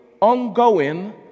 ongoing